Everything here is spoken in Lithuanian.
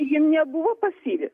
jie nebuvo pasyvi